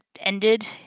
ended